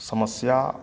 समस्या